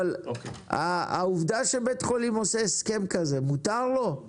אבל העובדה שבית חולים עושה הסכם כזה, מותר לו?